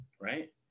right